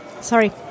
Sorry